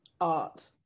art